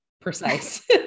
precise